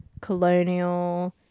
colonial